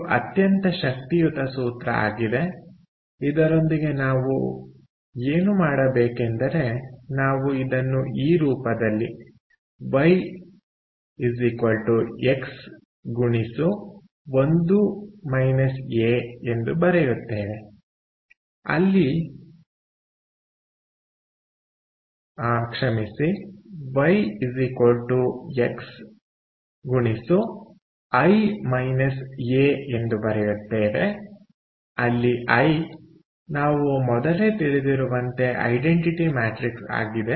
ಇದು ಅತ್ಯಂತ ಶಕ್ತಿಯುತ ಸೂತ್ರ ಆಗಿದೆ ಇದರೊಂದಿಗೆ ನಾವು ಏನು ಮಾಡಬೇಕೆಂದರೆ ನಾವು ಇದನ್ನು ಈ ರೂಪದಲ್ಲಿ YX ಎಂದು ಬರೆಯುತ್ತೇವೆ ಅಲ್ಲಿ ಐ ನಾವು ಮೊದಲೇ ತಿಳಿದಿರುವಂತೆ ಐಡೆಂಟಿಟಿ ಮ್ಯಾಟ್ರಿಕ್ಸ್ ಆಗಿದೆ